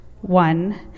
one